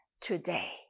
today